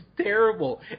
terrible